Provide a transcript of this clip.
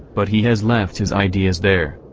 but he has left his ideas there.